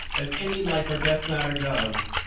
as any life or death matter does,